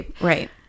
right